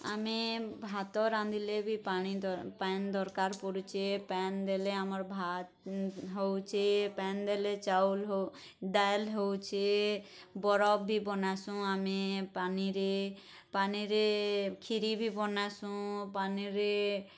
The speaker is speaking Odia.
ଆମେ ଭାତ ରାନ୍ଧିଲେ ବି ପାଣି ପାଏନ୍ ଦରକାର୍ ପଡ଼ୁଛେ ପାଏନ୍ ଦେଲେ ଆମର୍ ଭାତ୍ ହଉଛେ ପାଏନ୍ ଦେଲେ ଚାଉଲ୍ ଡାଲ୍ ହଉଛେ ବରଫ୍ ଭି ବନାସୁଁ ଆମେ ପାନିରେ ପାନିରେ ଖିରୀ ଭି ବନାସୁଁ ପାନିରେ